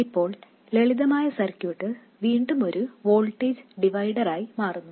ഇപ്പോൾ ലളിതമായ സർക്യൂട്ട് വീണ്ടും ഒരു വോൾട്ടേജ് ഡിവൈഡറായി മാറുന്നു